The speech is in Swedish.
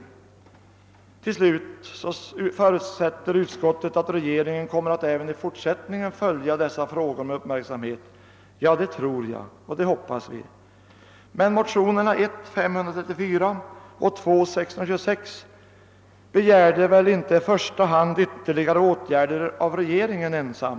Utskottet förutsätter »att regeringen även i fortsättningen kommer att följa dessa frågor med uppmärksamhet —-——«» Ja, det tror och hoppas vi. Men i motionerna I: 534 och II: 626 har inte i första hand krävts ytterligare åtgärder av regeringen ensam.